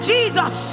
Jesus